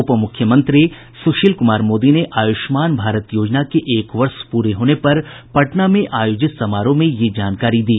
उप मुख्यमंत्री सुशील कुमार मोदी ने आयुष्मान भारत योजना के एक वर्ष प्रा होने पर पटना में आयोजित समारोह में यह जानकारी दी